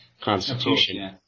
Constitution